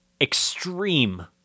extreme